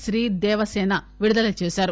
శ్రీ దేవసేన విడుదల చేశారు